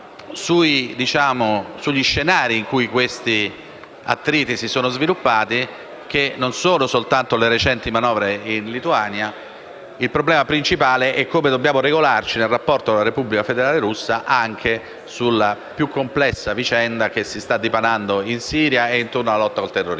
degli scenari in cui questi attriti si sono sviluppati, che non sono soltanto le recenti manovre in Lituania: il problema principale è come dobbiamo regolarci nel rapporto con la Federazione russa, anche relativamente alla più complessa vicenda che si sta dipanando in Siria e nella lotta al terrorismo.